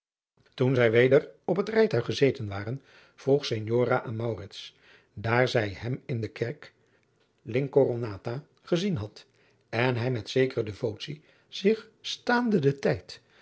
toen zij weder op het rijtuig gezeten waren vroeg signora aan maurits daar zij hem in de kerk l'incoronata gezien had en hij met zekere devotie zich staande den tijd